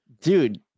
dude